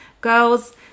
girls